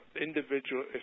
individual